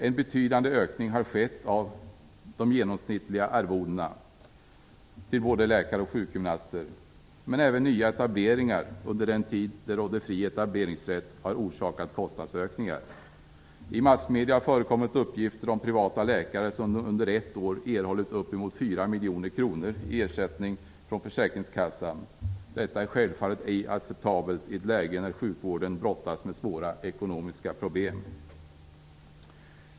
En betydande ökning har skett av de genomsnittliga arvodena till både läkare och sjukgymnaster. Även nyetableringar under den tid det rådde fri etableringsrätt har orsakat kostnadsökningar. I massmedier har förekommit uppgifter om privata läkare som under ett år erhållit upp emot 4 miljoner kronor i ersättning från försäkringskassan. Detta är självfallet ej acceptabelt i ett läge där sjukvården brottas med svåra ekonomiska problem.